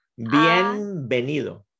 Bienvenido